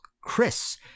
Chris